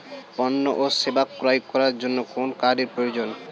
পণ্য ও সেবা ক্রয় করার জন্য কোন কার্ডের প্রয়োজন?